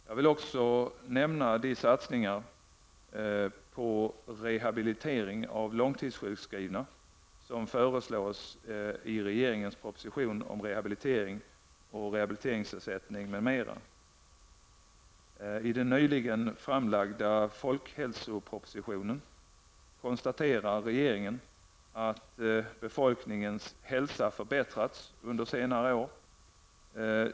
Jag vill också nämna de satsningar på rehabilitering av långtidssjukskrivna som föreslås i regeringens proposition om rehabilitering och rehabiliteringsersättning m.m. konstaterar regeringen, att befolkningens hälsa förbättrats under senare år.